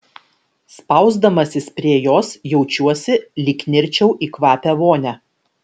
spausdamasis prie jos jaučiuosi lyg nirčiau į kvapią vonią